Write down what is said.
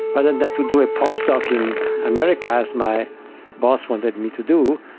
but and to do a post-doc in america, as my boss wanted me to do.